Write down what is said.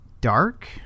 dark